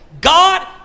God